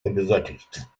обязательств